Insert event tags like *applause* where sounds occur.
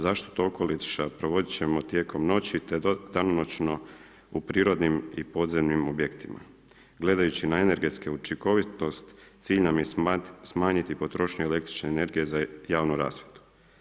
Zašto toliko ... *unintelligible* provoditi ćemo tijekom noći te danonoćno u prirodnim i podzemnim objektima gledajući na energetsku učinkovitost cilj nam je smanjiti potrošnju električne energije za javnu rasvjetu.